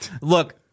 Look